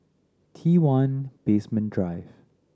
T One Basement Drive